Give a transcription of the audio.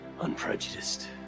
unprejudiced